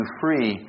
free